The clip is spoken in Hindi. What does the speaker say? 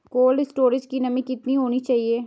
कोल्ड स्टोरेज की नमी कितनी होनी चाहिए?